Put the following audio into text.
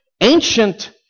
ancient